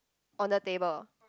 on the table